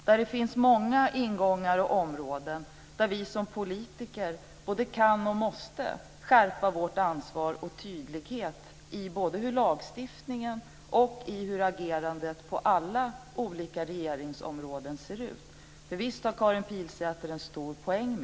Där finns det många ingångar och många områden där vi som politiker både kan och måste skärpa vårt ansvar och vår tydlighet. Det gäller både lagstiftningen och hur vårt agerande på alla olika regeringsområden ser ut. Visst har Karin Pilsäter en stor poäng där.